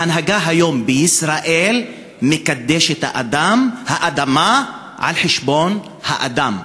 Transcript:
ההנהגה היום בישראל מקדשת את האדמה על חשבון האדם.